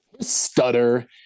Stutter